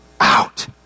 out